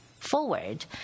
forward